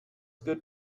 good